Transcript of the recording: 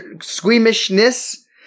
squeamishness